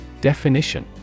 Definition